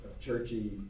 churchy